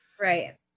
Right